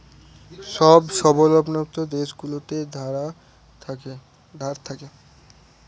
সব স্বল্পোন্নত দেশগুলোতে ধার থাকে